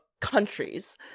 countries